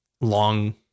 long